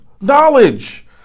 knowledge